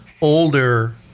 older